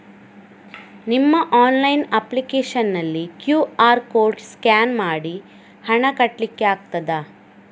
ನಿಮ್ಮ online application ನಲ್ಲಿ QR code scan ಮಾಡಿ ಹಣ ಕಟ್ಲಿಕೆ ಆಗ್ತದ?